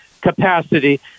capacity